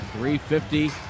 350